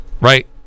Right